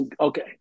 okay